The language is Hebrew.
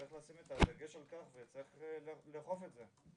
צריך לשים את הדגש על כך וצריך לאכוף את זה.